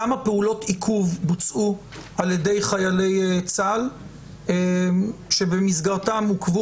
כמה פעולות עיכוב על ידי חיילי צה"ל שבמסגרתם עוכבו